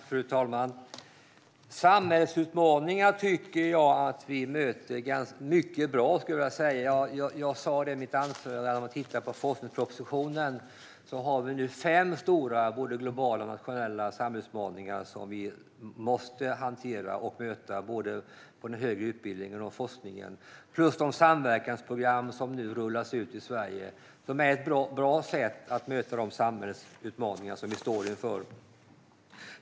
Fru talman! Samhällsutmaningar möter vi mycket bra, skulle jag vilja säga. Som jag sa i mitt anförande: I forskningspropositionen ser vi fem stora samhällsutmaningar, både globala och nationella, som vi måste hantera och möta, både från den högre utbildningen och forskningen. De samverkansprogram som nu rullas ut i Sverige är ett bra sätt att möta de samhällsutmaningar som vi står inför.